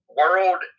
world